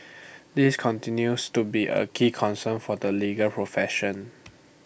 this continues to be A key concern for the legal profession